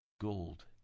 gold